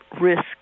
risk